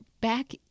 back